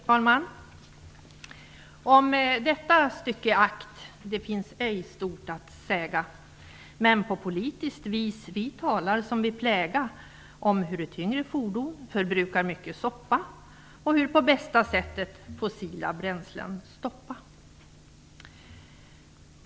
Fru talman! Om detta stycke akt, det finns ej stort att säga men på politiskt vis, vi talar som vi pläga om huru tyngre fordon förbrukar mycket soppa och hur på bästa sättet fossila bränslen stoppa.